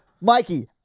Mikey